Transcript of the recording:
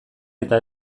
eta